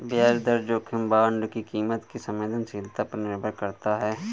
ब्याज दर जोखिम बांड की कीमत की संवेदनशीलता पर निर्भर करता है